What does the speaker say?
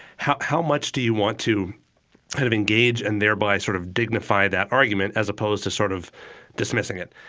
how how much do you want to kind of engage, and thereby sort of dignify that argument, as opposed to sort of dismissing it?